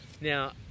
Now